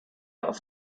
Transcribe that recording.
auf